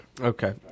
Okay